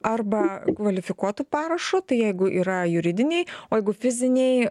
arba kvalifikuotu parašu tai jeigu yra juridiniai o jeigu fiziniai